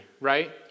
right